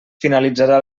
finalitzarà